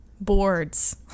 boards